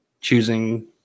choosing